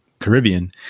Caribbean